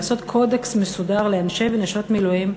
לעשות קודקס מסודר לאנשי ונשות מילואים,